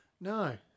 No